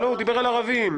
הוא דיבר על ערבים.